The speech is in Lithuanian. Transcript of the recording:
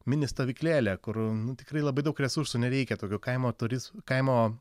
mini stovyklėlę kur tikrai labai daug resursų nereikia tokio kaimo turis kaimo